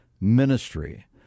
ministry